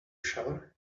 shower